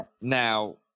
Now